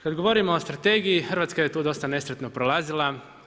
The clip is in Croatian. Kada govorimo o strategiji Hrvatska je tu dosta nesretno prolazila.